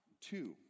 Two